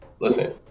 Listen